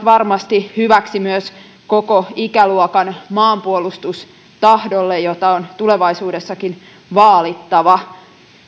varmasti hyväksi myös koko ikäluokan maanpuolustustahdolle jota on tulevaisuudessakin vaalittava